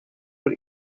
voor